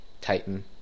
Titan